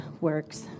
works